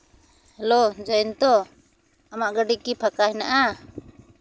hello ᱡᱚᱭᱚᱱᱛᱚ ᱟᱢᱟᱜ ᱜᱟᱹᱰᱤ ᱠᱤ ᱯᱷᱟᱠᱟ ᱦᱮᱱᱟᱜᱼᱟ